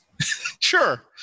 Sure